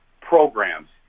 programs